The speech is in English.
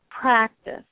practice